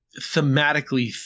thematically